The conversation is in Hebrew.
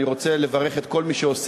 אני רוצה לברך את כל מי שעוסק